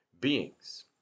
beings